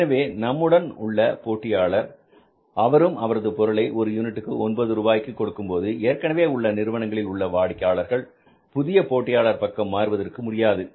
எனவே நம்முடன் உள்ள போட்டியாளர் அவரும் அவரது பொருளை ஒரு யூனிட்டுக்கு 9 ரூபாய்க்கு கொடுக்கும்போது ஏற்கனவே உள்ள நிறுவனங்களில் உள்ள வாடிக்கையாளர்கள் புதிய போட்டியாளர் பக்கம் மாறுவதற்கு முடியாது